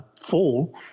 fall